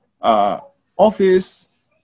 office